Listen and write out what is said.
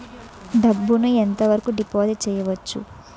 డబ్బు ను ఎంత వరకు డిపాజిట్ చేయవచ్చు?